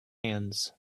hands